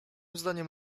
zdaniem